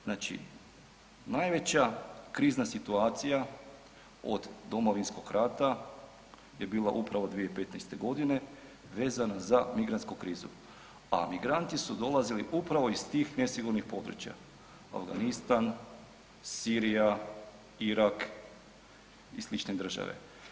Znači najveća krizna situacija od Domovinskog rata je bila upravo 2015. godine vezana za migrantsku krizu, a migranti su dolazili upravo iz tih nesigurnih područja Afganistan, Sirija, Irak i slične države.